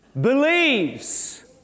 Believes